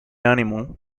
animal